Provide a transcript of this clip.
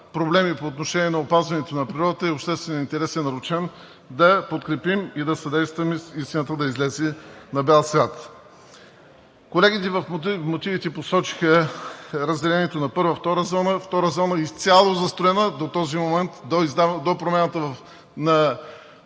проблеми по отношение на опазването на природата и общественият интерес е нарушен, да подкрепим и да съдействаме истината да излезе на бял свят. Колегите в мотивите посочиха разделението на първа, втора зона. Втора зона е изцяло застроена до този момент. До промяната на